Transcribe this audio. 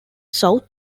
south